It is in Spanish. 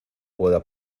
pueda